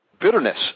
bitterness